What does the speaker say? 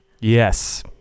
Yes